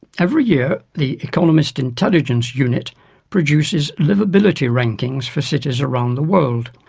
every year, the economist intelligence unit produces liveability rankings for cities around the world.